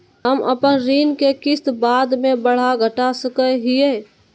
हम अपन ऋण के किस्त बाद में बढ़ा घटा सकई हियइ?